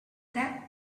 that